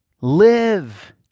Live